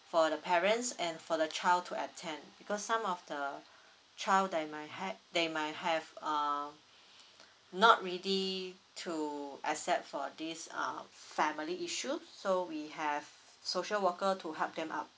for the parents and for the child to attend because some of the child they might had they might have uh not ready to except for this uh family issues so we have social worker to help them out